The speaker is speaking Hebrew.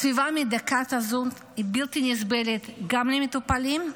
הסביבה המדכאת הזאת היא בלתי נסבלת גם למטופלים,